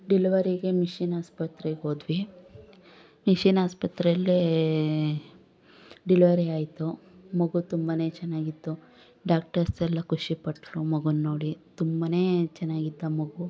ಡಿಲವರಿಗೆ mission ಆಸ್ಪತ್ರೆಗೆ ಹೋದ್ವಿ mission ಆಸ್ಪತ್ರೆಲ್ಲೇ ಡಿಲವರಿ ಆಯ್ತು ಮಗು ತುಂಬಾನೇ ಚೆನ್ನಾಗಿತ್ತು ಡಾಕ್ಟರ್ಸ್ ಎಲ್ಲ ಖುಷಿ ಪಟ್ಟರು ಮಗುನ್ನ ನೋಡಿ ತುಂಬಾನೇ ಚೆನ್ನಾಗಿತ್ತು ಆ ಮಗು